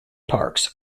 parks